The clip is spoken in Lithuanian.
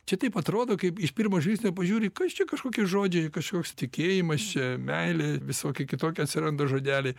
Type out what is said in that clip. čia taip atrodo kaip iš pirmo žvilgsnio pažiūri kas čia kažkokie žodžiai kažkoks tikėjimas čia meilė visoki kitoki atsiranda žodeliai